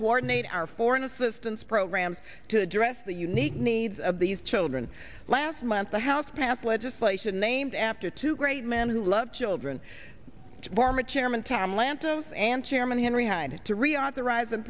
coordinate our foreign assistance programs to address the unique needs of these children last month the house passed legislation named after two great men who love children former chairman tom lantos and chairman henry hyde to reauthorize and